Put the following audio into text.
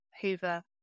Hoover